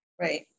right